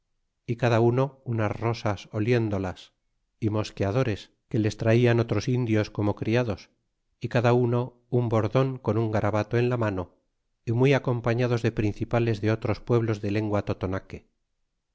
y cada uno unas rosas oliéndolas y mosqueadores que les traían otros indios como criados y cada uno un bordon con un garabato en la mano y muy acompañados de principales de otros pueblos de la lengua totonaque